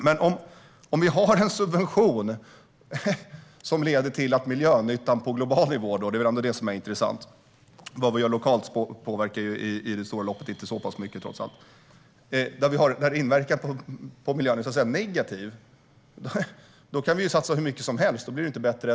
Men om vi har en subvention som leder till att miljönyttan på global nivå - det är väl ändå det som är intressant; vad vi gör lokalt påverkar trots allt inte mycket i det långa loppet - påverkas negativt, då kan vi ju satsa hur mycket som helst utan att det blir bättre.